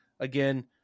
Again